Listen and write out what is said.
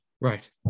Right